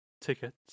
tickets